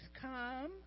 come